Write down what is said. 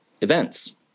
events